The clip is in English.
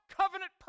covenant